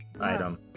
item